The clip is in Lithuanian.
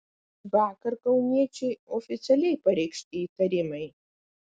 vakar kauniečiui oficialiai pareikšti įtarimai